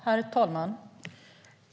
Herr talman!